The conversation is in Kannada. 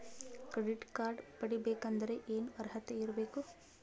ಕ್ರೆಡಿಟ್ ಕಾರ್ಡ್ ಪಡಿಬೇಕಂದರ ಏನ ಅರ್ಹತಿ ಇರಬೇಕು?